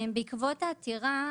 בעקבות העתירה